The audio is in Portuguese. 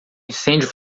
incêndio